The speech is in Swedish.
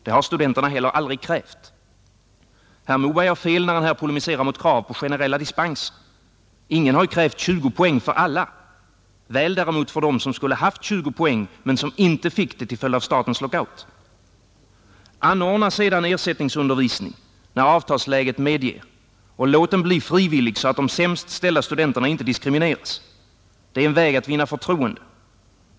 Det har studenterna heller aldrig krävt. Herr Moberg har fel när han här polemiserar mot krav på generella dispenser. Ingen har krävt 20 poäng för alla, väl däremot för dem som skulle haft 20 poäng men som inte fick det till följd av statens lockout. Anordna sedan ersättningsundervisning när avtalsläget medger, och låt den bli frivillig, så att de sämst ställda studenterna inte diskrimineras, Det är en väg att vinna förtroende.